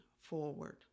forward